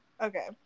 Okay